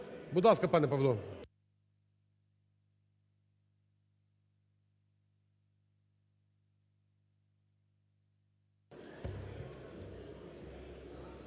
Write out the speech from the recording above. Будь ласка, пане Павло.